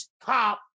cop